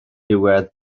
diwedd